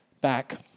back